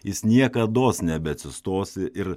jis niekados nebeatsistos ir